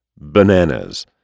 Bananas